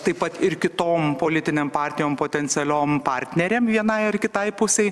taip pat ir kitom politinėm partijom potencialiom partnerėm vienai ar kitai pusei